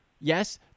Yes